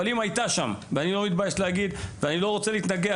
אני לא מתבייש להגיד ואני לא רוצה להתנגח